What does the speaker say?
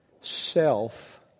Self